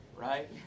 right